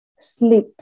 Sleep